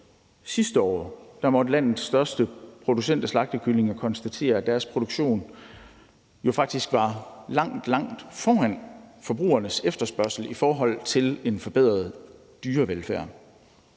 i dag, måtte landets største producent af slagtekyllinger så sent som i efteråret sidste år konstatere, at deres produktion jo faktisk var langt, langt foran forbrugernes efterspørgsel i forhold til en forbedret dyrevelfærd,